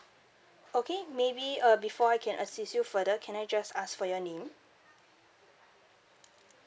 okay maybe uh before I can assist you further can I just ask for your name